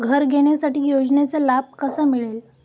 घर घेण्यासाठी योजनेचा लाभ कसा मिळेल?